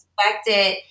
expected